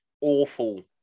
awful